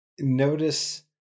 notice